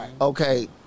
Okay